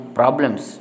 problems